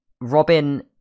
robin